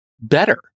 better